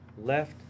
left